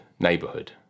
neighborhood